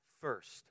first